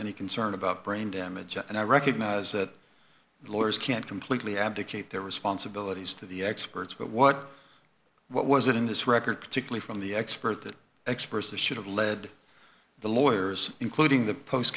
any concern about brain damage and i recognize that lawyers can't completely abdicate their responsibilities to the experts but what what was it in this record particularly from the expert the experts the should have led the lawyers including the post